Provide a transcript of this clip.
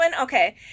Okay